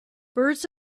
birds